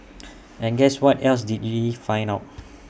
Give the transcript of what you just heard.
and guess what else did we find out